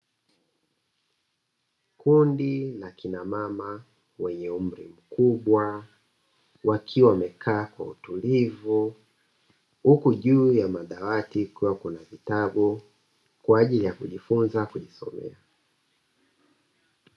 Kundi la kinamama wenye umri mkubwa, wakiwa wamekaa kwa utulivu huku juu ya madawati kukiwa na vitabu kwa ajili ya kujifunza.